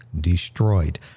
destroyed